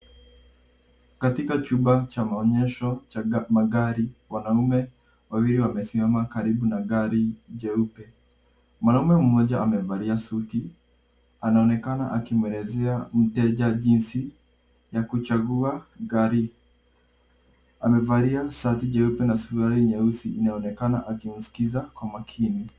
Katika chumba cha maonyesho cha magari wanaume wawili wamesimama karibu na gari jeupe. Mwanaume mmoja amevalia suti anaonekana akimwelezea mteja jinsi ya kuchagua gari. Amevalia shati jeupe na suruali nyeusi inaonekana akimsikiza kwa makini.